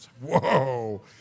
Whoa